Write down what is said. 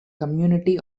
community